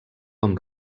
amb